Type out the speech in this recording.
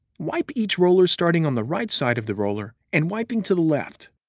wipe each roller starting on the right side of the roller and wiping to the left.